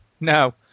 no